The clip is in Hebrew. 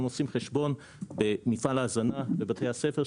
אם עושים חשבון במפעל ההזנה בבתי הספר,